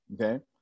Okay